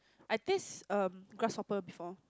I taste um grasshopper before